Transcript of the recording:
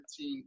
13